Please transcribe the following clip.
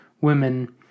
women